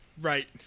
right